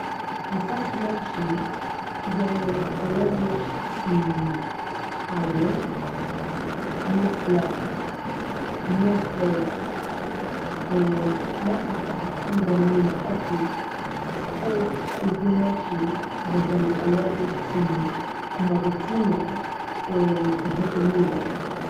אסאך מענטשן זענען אלערגיש צו אייער, ניסלעך, מילכיגס און נאך אסאך אנדערע מינע עסן. אויך איז דא מענטשן וואס זענען אלערגיש צו מעדיצינען און וויטאמינען.